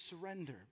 surrender